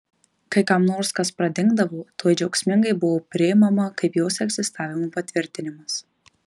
kai kam nors kas pradingdavo tuoj džiaugsmingai buvo priimama kaip jos egzistavimo patvirtinimas